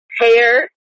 Hair